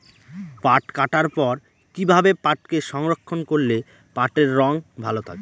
পাট কাটার পর কি ভাবে পাটকে সংরক্ষন করলে পাটের রং ভালো থাকে?